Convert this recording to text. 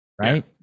Right